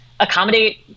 Accommodate